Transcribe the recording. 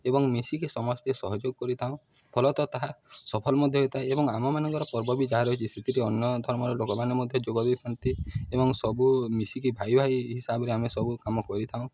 ଏବଂ ମିଶିକି ସମସ୍ତେ ସହଯୋଗ କରିଥାଉ ଫଳତଃ ତାହା ସଫଳ ମଧ୍ୟ ହୋଇଥାଏ ଏବଂ ଆମମାନଙ୍କର ପର୍ବ ବି ଯାହା ରହିଛି ସେଥିରେ ଅନ୍ୟ ଧର୍ମର ଲୋକମାନେ ମଧ୍ୟ ଯୋଗ ଦେଇଥାନ୍ତି ଏବଂ ସବୁ ମିଶିକି ଭାଇ ଭାଇ ହିସାବରେ ଆମେ ସବୁ କାମ କରିଥାଉ